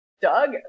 Doug